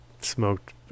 smoked